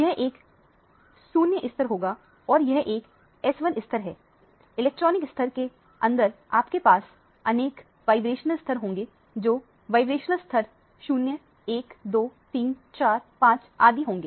यह एक 0 स्तर होगा और यह एक S1 स्तर है इलेक्ट्रॉनिक स्तर के अंदर आपके पास अनेक वाइब्रेशनल स्तर होंगे जो वाइब्रेशनल स्तर 012345 आदि होंगे